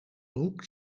broek